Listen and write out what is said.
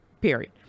Period